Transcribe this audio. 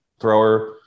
thrower